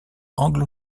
anglo